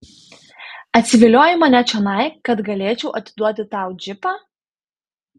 atsiviliojai mane čionai kad galėčiau atiduoti tau džipą